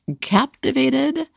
captivated